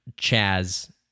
Chaz